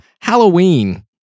Halloween